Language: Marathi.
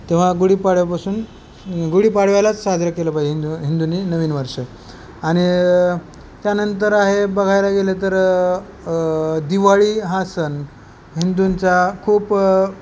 तेव्हा गुढीपाडव्यापासून गुढीपाडव्यालाच साजरं केलं पाहिजे हिंदू हिंदुनी नवीन वर्ष आणि त्यानंतर आहे बघायला गेलं तर दिवाळी हा सण हिंदूंचा खूप